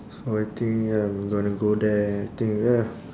so I think ya I'm gonna go there think ya